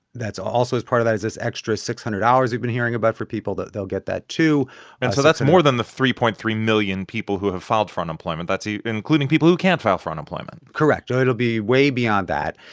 that's also is part of that is this extra six hundred dollars we've been hearing about for people they'll get that, too and so that's more than the three point three million people who have filed for unemployment. that's including people who can't file for unemployment correct. so it'll be way beyond that.